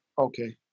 Okay